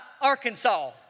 Arkansas